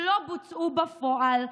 שלא בוצעו בפועל,